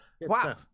wow